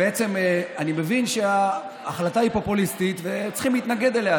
בעצם אני מבין שההחלטה היא פופוליסטית וצריכים להתנגד לה,